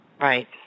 Right